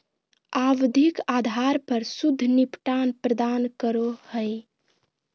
आवधिक आधार पर शुद्ध निपटान प्रदान करो हइ